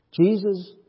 Jesus